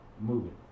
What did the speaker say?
Moving